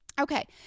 okay